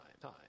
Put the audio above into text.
time